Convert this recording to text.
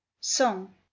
Song